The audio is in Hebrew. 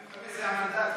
1945 זה המנדט.